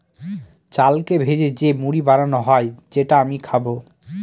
চালকে ভেজে যে মুড়ি বানানো হয় যেটা আমি খাবো